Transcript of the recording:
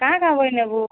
କାଣା କାଣା ବହିନେବୁ